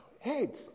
head